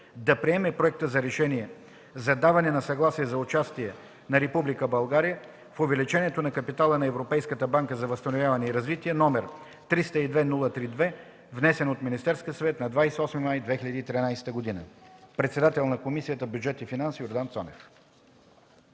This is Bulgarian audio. да приеме проекта за Решение за даване на съгласие за участие на Република България в увеличаването на капитала на Европейската банка за възстановяване и развитие, № 302-03-2, внесен от Министерски съвет на 28 май 2013 г.” Подписано е от председателя на Комисията по бюджет и финанси – Йордан Цонев.